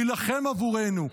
להילחם עבורנו,